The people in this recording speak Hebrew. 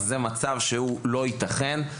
וזה דבר שהוא לא ייתכן.